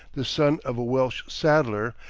the son of a welsh saddler,